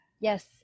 Yes